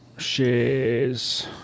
shares